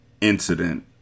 Incident